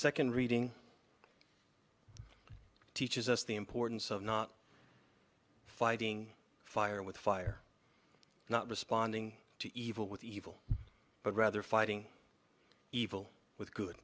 second reading teaches us the importance of not fighting fire with fire not responding to evil with evil but rather fighting evil with good